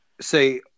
say